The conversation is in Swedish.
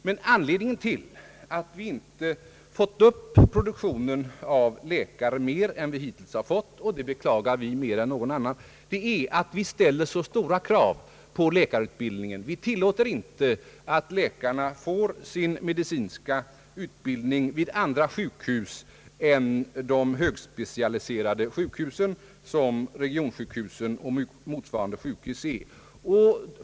Men anledningen till att vi inte fått upp produktionen av läkare mer än vi hittills har fått — och det beklagar vi mer än någon annan — är att vi ställer så stora krav på läkarutbildningen. Vi tillåter inte att läkarna får sin medicinska utbildning vid andra sjukhus än de högspecialiserade sjukhusen — regionsjukhusen och motsvarande sjukhus.